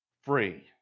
free